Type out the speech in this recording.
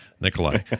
Nikolai